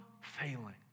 failing